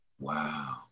wow